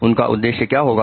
उनका उद्देश्य क्या होगा